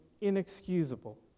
inexcusable